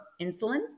insulin